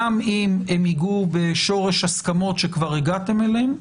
גם אם הם ייגעו בשורש הסכמות שכבר הגעתם אליהן,